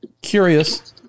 Curious